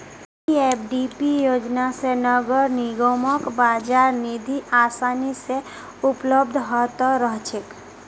PFDP योजना स नगर निगमक बाजार निधि आसानी स उपलब्ध ह त रह छेक